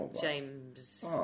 James